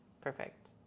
Perfect